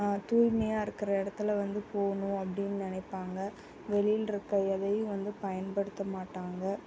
தூய்மையாக இருக்கிற இடத்துல வந்து போகணும் அப்படின்னு நினைப்பாங்க வெளியிலிருக்க எதையும் வந்து பயன்படுத்த மாட்டாங்க